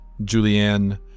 Julianne